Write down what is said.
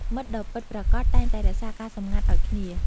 មិត្តដ៏ពិតប្រាកដតែងតែរក្សាការសម្ងាត់ឱ្យគ្នា។